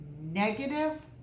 negative